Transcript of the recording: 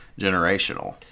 generational